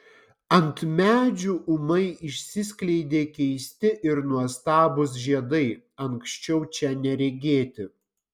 ant medžių ūmai išsiskleidė keisti ir nuostabūs žiedai anksčiau čia neregėti